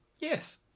Yes